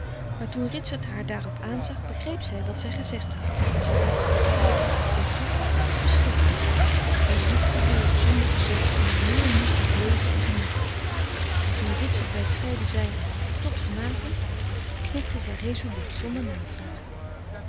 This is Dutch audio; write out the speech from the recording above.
maar toen ritsert haar daarop aanzag begreep zij wat zij gezegd had zij dacht is dit toeval of beschikking maar ze liet gebeuren zonder verzet in haar nieuwen moed tot leven en genieten en toen ritsert bij t scheiden zei tot van avond knikte zij resoluut zonder navraag